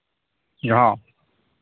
ᱦᱮᱸ